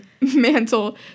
mantle